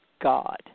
God